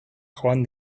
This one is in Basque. joan